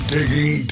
Digging